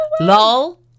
Lol